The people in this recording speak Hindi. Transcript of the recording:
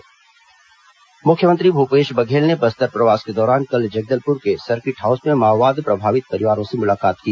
मुख्यमंत्री नियुक्ति पत्र मुख्यमंत्री भूपेश बघेल ने बस्तर प्रवास के दौरान कल जगदलपुर के सर्किट हाउस में माओवाद प्रभावित परिवारों से मुलाकात की